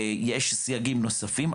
ויש סייגים נוספים,